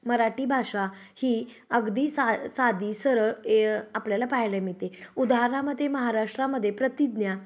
मराठी भाषा ही अगदी सा साधी सरळ ए आपल्याला पाहायल्या मिळतेे उदाहरणामध्ये महाराष्ट्रामध्ये प्रतिज्ञा